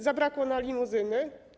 Zabrakło na limuzyny?